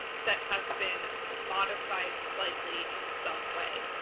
that have been modified slightly in some way.